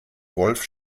wolf